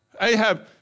Ahab